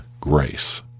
grace